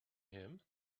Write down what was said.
him